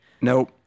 Nope